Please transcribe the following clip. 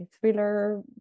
thriller